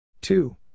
Two